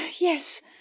yes